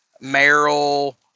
Merrill